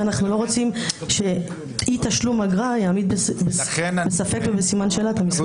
ואנחנו לא רוצים שאי-תשלום אגרה יעמיד בספק ובסימן שאלה את המסמך.